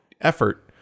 effort